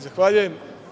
Zahvaljujem.